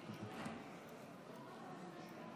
ועדת המדע.